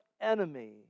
enemy